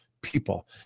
people